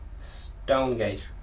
Stonegate